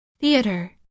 theater